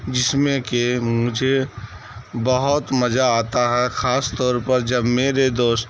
جس میں کہ مجھے بہت مزہ آتا ہے خاص طور پر جب میرے دوست